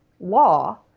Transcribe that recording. law